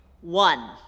One